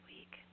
week